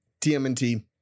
TMNT